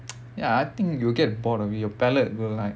ya I think you will get bored of your palate will like